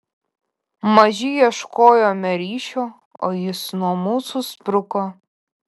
maži ieškojome ryšio o jis nuo mūsų spruko